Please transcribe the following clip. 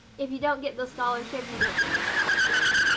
if you don't get the scholarship, you don't get the scholarship.